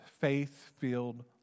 faith-filled